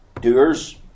doers